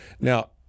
Now